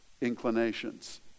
inclinations